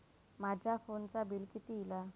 माझ्या फोनचा बिल किती इला?